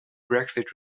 brexit